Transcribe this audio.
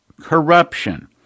corruption